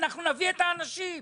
אנחנו נביא את האנשים שצריך.